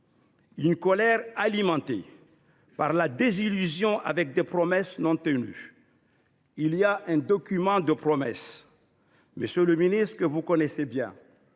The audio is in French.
une colère alimentée par la désillusion qui résulte des promesses non tenues. Il y a un document de promesses, monsieur le ministre, que vous connaissez bien